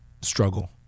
Struggle